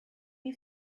you